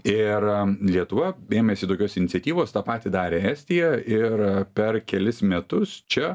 ir lietuva ėmėsi tokios iniciatyvos tą patį darė estija ir per kelis metus čia